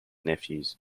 nephews